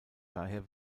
daher